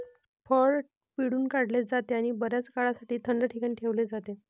फळ पिळून काढले जाते आणि बर्याच काळासाठी थंड ठिकाणी ठेवले जाते